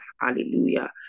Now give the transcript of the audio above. Hallelujah